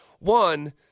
One